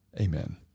amen